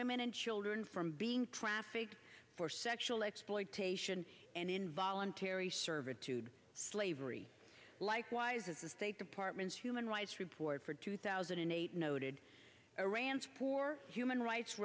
children from being trafficked for sexual exploitation and involuntary servitude slavery likewise as the state department's human rights report for two thousand and eight noted iran's poor human rights